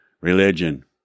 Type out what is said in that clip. religion